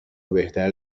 بهتر